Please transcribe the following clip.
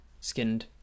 skinned